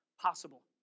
possible